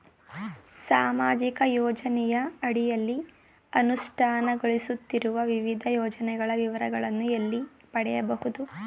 ಸಾಮಾಜಿಕ ಯೋಜನೆಯ ಅಡಿಯಲ್ಲಿ ಅನುಷ್ಠಾನಗೊಳಿಸುತ್ತಿರುವ ವಿವಿಧ ಯೋಜನೆಗಳ ವಿವರಗಳನ್ನು ಎಲ್ಲಿ ಪಡೆಯಬಹುದು?